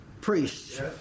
priests